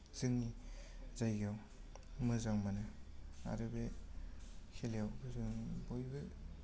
जोंनि जायगायाव मोजां मोनो आरो बे खेलायावबो जों बयबो